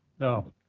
no,